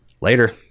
Later